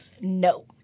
No